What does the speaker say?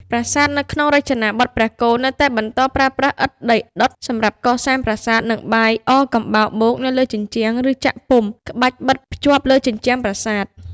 ប្រាសាទនៅក្នុងរចនាបថព្រះគោនៅតែបន្តប្រើប្រាស់ឥដ្ឋដីដុត សម្រាប់កសាងប្រាសាទ និងបាយអកំបោរបូកនៅលើជញ្ជាំង ឬចាក់ពុម្ព ក្បាច់បិទភ្ជាប់លើជញ្ជាំងប្រាសាទ។